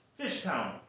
Fishtown